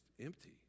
empty